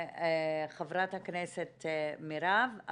חברת הכנסת מרב.